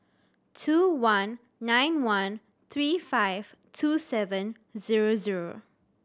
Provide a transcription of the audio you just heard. two one nine one three five two seven zero zero